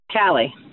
Callie